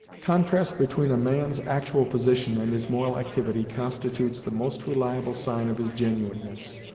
contrast between a man's actual position and his moral activity constitutes the most reliable sign of his genuineness.